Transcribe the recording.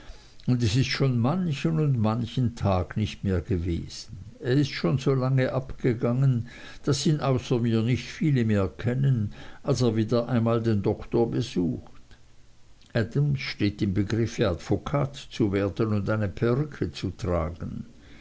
und ist es schon manchen und manchen tag nicht mehr gewesen er ist schon so lange abgegangen daß ihn außer mir nicht viele mehr kennen als er wieder einmal den doktor besucht adams steht im begriff advokat zu werden und eine perücke zu tragen